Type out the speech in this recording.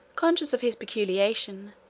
conscious of his peculation,